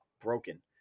broken